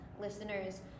listeners